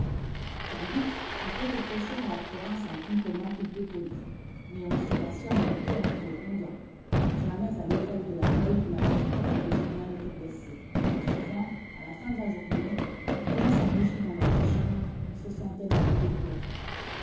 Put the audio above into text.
sans doute on peut reprocher à la province un ton commun ou peu poli mais on se passionne un peu en vous répondant jamais à l'hôtel de la mole l'amour-propre de julien n'était blessé mais souvent à la fin de la journée en prenant sa bougie dans l'antichambre il se sentait l'envie de pleurer